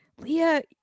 Leah